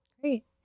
Great